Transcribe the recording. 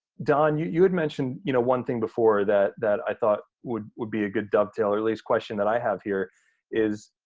don, you you had mentioned you know one thing before that that i thought would would be a good dovetail, or at least question, that i have here is